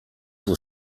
were